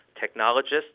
technologists